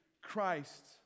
Christ